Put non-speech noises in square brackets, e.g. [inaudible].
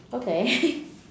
okay [laughs]